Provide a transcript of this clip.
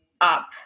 up